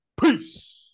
Peace